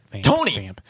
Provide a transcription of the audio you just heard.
Tony